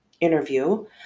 interview